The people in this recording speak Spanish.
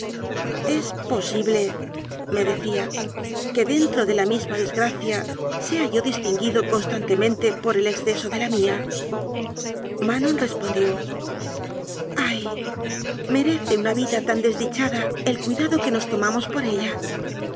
desesperación es posibleme decía que dentro de la misma desgracia sea yo distin guido constantemente por el exceso de la mía manon respondió ay merece una vida tan desdichada el cuidado que nos tomamos por ella